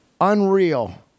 unreal